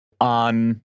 On